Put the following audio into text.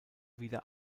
wieder